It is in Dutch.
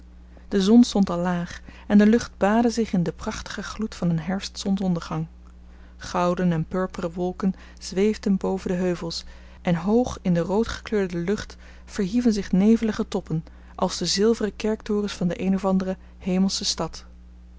de zon stond al laag en de lucht baadde zich in den prachtigen gloed van een herfstzonsondergang gouden en purperen wolken zweefden boven de heuvels en hoog in de roodgekleurde lucht verhieven zich nevelige toppen als de zilveren kerktorens van de eene of andere hemelsche stad